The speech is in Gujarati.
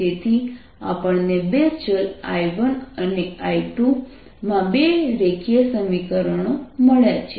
તેથી આપણને બે ચલ I1 અને I2 માં બે રેખીય સમીકરણો મળ્યા છે